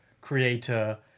creator